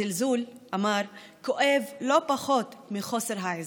הזלזול כואב לא פחות מחוסר העזרה,